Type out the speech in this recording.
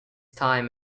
time